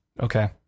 okay